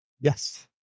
Yes